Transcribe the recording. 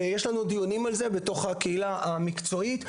יש לנו דיונים על זה בתוך הקהילה המקצועית.